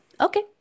Okay